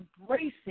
embracing